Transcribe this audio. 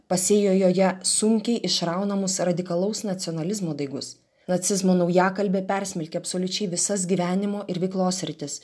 pasėjo joje sunkiai išraunamus radikalaus nacionalizmo daigus nacizmo naujakalbė persmelkė absoliučiai visas gyvenimo ir veiklos sritis